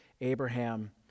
Abraham